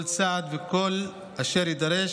כל צעד וכל אשר יידרש,